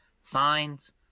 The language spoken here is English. signs